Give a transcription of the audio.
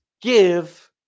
give